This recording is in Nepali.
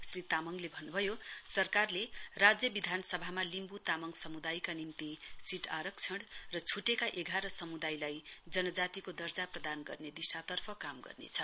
श्री तामङले भन्नुभयो सरकारले राज्यविधानसभामा लिम्ब् तामङ समुदायका निम्ति सीट आरक्षण र छ्टेका एघार समुदायलाई जनजातिको दर्जा प्रदान गर्ने दिशातर्फ काम गर्नेछ